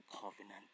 covenant